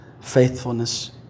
faithfulness